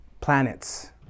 planets